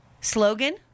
slogan